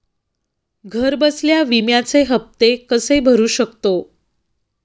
घरबसल्या विम्याचे हफ्ते कसे भरू शकतो?